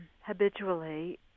habitually